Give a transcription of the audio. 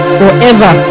forever